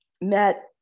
met